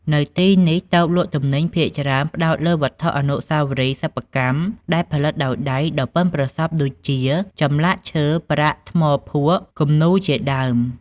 នៅទីនេះ តូបលក់ទំនិញភាគច្រើនផ្តោតលើវត្ថុអនុស្សាវរីយ៍សិប្បកម្មដែលផលិតដោយដៃដ៏ប៉ិនប្រសប់ដូចជាចម្លាក់ឈើ ប្រាក់ ថ្មភក់ គំនូរជាដើម។